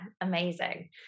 amazing